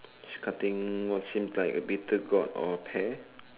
she cutting what same like a bitter gourd or pear